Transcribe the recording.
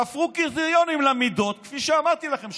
תפרו קריטריונים למידות, כפי שאמרתי לכם.